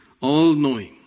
all-knowing